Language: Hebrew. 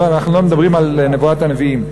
אנחנו לא מדברים על נבואת הנביאים,